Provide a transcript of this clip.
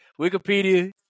Wikipedia